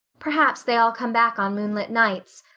perhaps they all come back on moonlit nights.